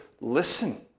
listen